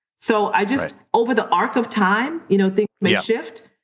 so i just, over the arc of time, you know things may shift.